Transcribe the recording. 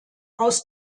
aus